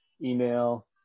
email